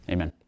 Amen